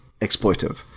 exploitive